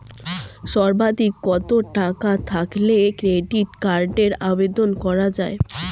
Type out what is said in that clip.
সর্বাধিক কত টাকা থাকলে ক্রেডিট কার্ডের আবেদন করা য়ায়?